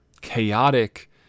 chaotic